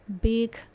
big